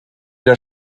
der